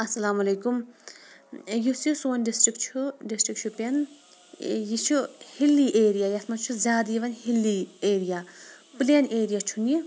اَسَلامُ علیکُم یُس یہِ سون ڈِسٹِرٛک چھُ ڈِسٹِرٛک شُپیَن یہِ چھُ ہِلی ایریا یَتھ منٛز چھِ زیادٕ یِوان ہِلی ایریا پٕلین ایریا چھُنہٕ یہِ